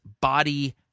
body